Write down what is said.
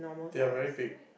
they are very big